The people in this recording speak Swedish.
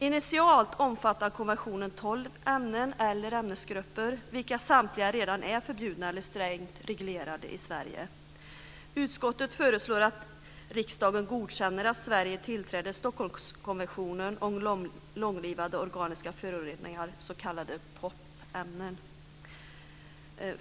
Initialt omfattar konventionen tolv ämnen, eller ämnesgrupper, vilka samtliga redan är förbjudna eller strängt reglerade i Sverige. Utskottet föreslår att riksdagen godkänner att Sverige tillträder Stockholmskonventionen om långlivade organiska föroreningar, s.k. POP-ämnen.